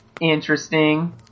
Interesting